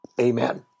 Amen